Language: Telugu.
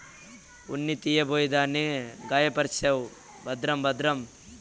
ఉన్ని తీయబోయి దాన్ని గాయపర్సేవు భద్రం భద్రం